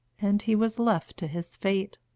and he was left to his fate.